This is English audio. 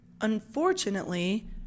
Unfortunately